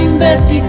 beds